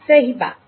सही बात